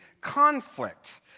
conflict